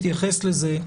יתייחס לזה,